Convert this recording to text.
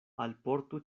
alportu